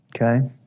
Okay